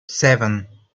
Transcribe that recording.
seven